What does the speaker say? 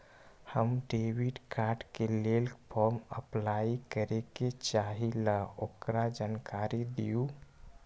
हम debit card के लेल फॉर्म अपलाई करे के चाहीं ल ओकर जानकारी दीउ?